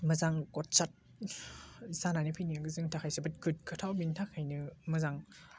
मोजां खदसार जानानै फैनायानो जोंनि थाखाय जोबोद गोग्गाथाव बेनि थाखायनो मोजां